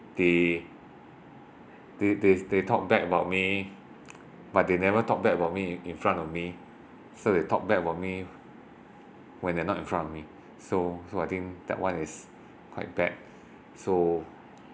they they they they talk bad about me but they never talk bad about me in front of me so they talk bad about me when they're not in front of me so I think that one is quite bad so